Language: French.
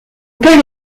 père